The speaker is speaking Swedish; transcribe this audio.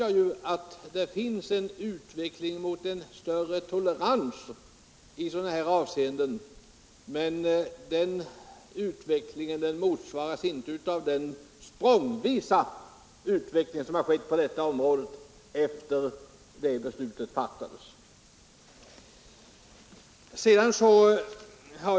Jag vet att det förekommer en utveckling mot en större tolerans i sådana här avseenden, men den motsvaras inte av den utveckling språngvis som skett på detta område efter det att beslutet fattades.